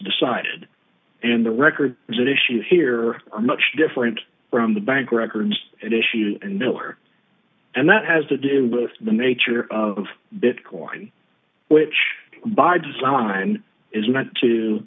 decided and the record is an issue here are much different from the bank records at issue and miller and that has to do with the nature of bitcoin which by design is meant to